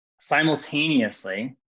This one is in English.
Simultaneously